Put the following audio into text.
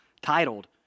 titled